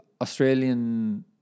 Australian